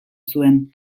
zuen